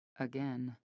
again